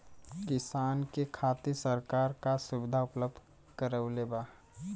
किसान के खातिर सरकार का सुविधा उपलब्ध करवले बा?